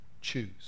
choose